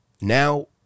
now